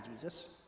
Jesus